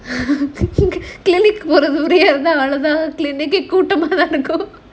clinic கூட்டமா தான் இருக்கும்:kootamaa thaan irukum